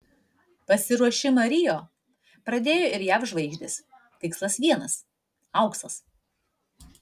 pasiruošimą rio pradėjo ir jav žvaigždės tikslas vienas auksas